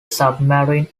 submarine